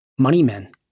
moneymen